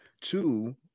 Two